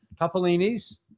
Topolini's